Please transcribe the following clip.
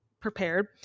prepared